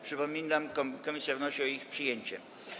Przypominam, że komisja wnosi o ich przyjęcie.